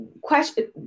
Question